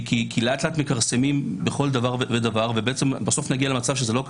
כי לאט-לאט מכרסמים בכל דבר ודבר ובסוף נגיע למצב שזה לא כך.